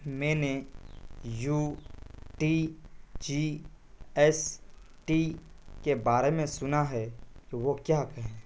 میں نے U T G S T کے بارے میں سنا ہے کہ وہ کیا کہیں